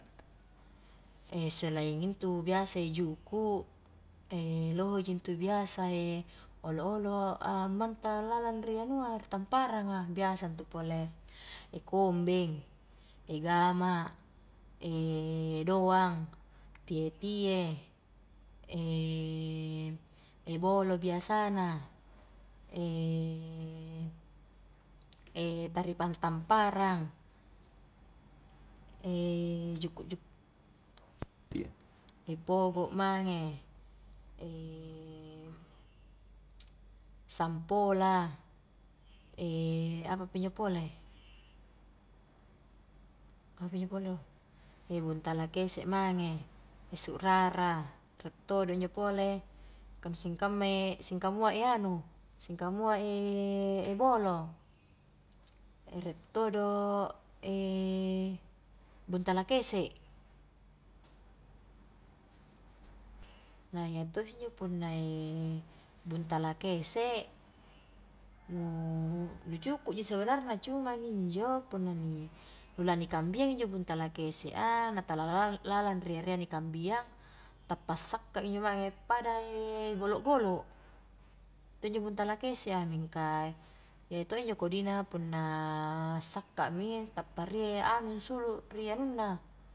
selain intu biasa i juku, loheji intu biasa olo'-olo' ammantang lalang ri anua ri tampparang a, biasa intu pole kombeng, gama, doang, tie-tie, bolo biasa na, taripang tamparang, juku-juku, pogo mange, sampola, apapinjo pole apapinjo pole do buntala kese' mange, su'rara, rie todo injo pole, kanu singkammai singkamuai anu, singkamuai bolo, rie todo buntala kese', na iya to injo punna buntala kese' nu jukuji sebenarna cuman injo punna ni kambiang injo buntala kesea, na tala lalang ri erea ri kambiang, tappa sakka injo mange pada golo-golo, to' injo buntala kese' a, mingka iya to' injo kodina punna sakkami tappa rie anu ansulu ri anunna.